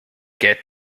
get